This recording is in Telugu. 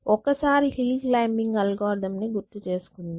ఒకసారి హిల్ క్లైమ్బింగ్ అల్గోరిథం ని గుర్తుచేసుకుందాం